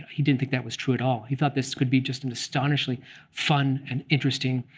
he didn't think that was true at all. he thought this could be just an astonishingly fun, and interesting,